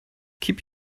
keep